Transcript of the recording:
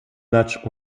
matchs